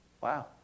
Wow